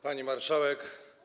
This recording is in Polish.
Pani Marszałek!